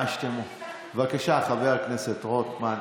בבקשה, חבר הכנסת רוטמן.